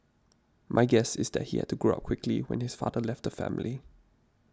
my guess is that he had to grow up quickly when his father left family